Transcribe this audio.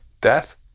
Death